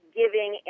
giving